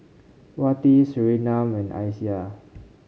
Wati Surinam and Aisyah